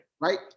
right